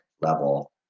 level